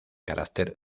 carácter